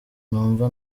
numva